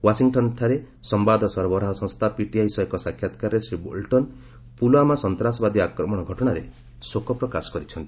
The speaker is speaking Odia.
ୱାଶିଂଟନ୍ଠାରେ ସମ୍ବାଦ ସରବରାହ ସଂସ୍ଥା ପିଟିଆଇ ସହ ଏକ ସାକ୍ଷାତକାରରେ ଶ୍ରୀ ବୋଲ୍ଟନ୍ ପୁଲଓ୍ବାମା ସନ୍ତାସବାଦୀ ଆକ୍ରମଣ ଘଟଣାରେ ଶୋକ ପ୍ରକାଶ କରିଛନ୍ତି